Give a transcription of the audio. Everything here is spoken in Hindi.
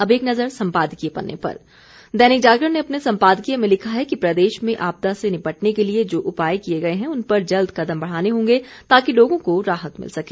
अब एक नज़र सम्पादकीय पन्ने पर दैनिक जागरण ने अपने सम्पादकीय में लिखा है कि प्रदेश में आपदा से निपटने के लिये जो उपाय किये गए हैं उन पर जल्द कदम बढ़ाने होंगे ताकि लोगों को राहत मिल सके